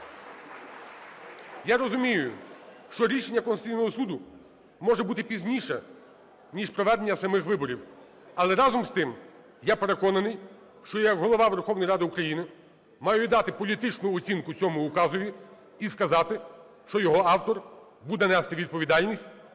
Я розумію, що рішення Конституційного Суду може бути пізніше, ніж проведення самих виборів. Але, разом з тим, я переконаний, що як Голова Верховної Ради України маю дати політичну оцінку цьому указові і сказати, що його автор буде нести відповідальність